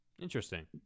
Interesting